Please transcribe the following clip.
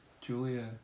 Julia